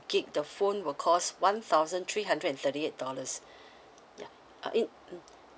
gig the phone will cost one thousand three hundred and thirty eight dollars ya uh it mm